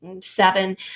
seven